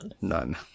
None